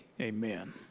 amen